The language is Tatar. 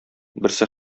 берсе